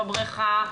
בבריכה,